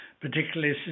particularly